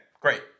great